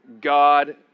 God